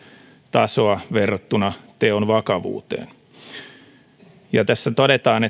tasoa verrattuna teon vakavuuteen tässä todetaan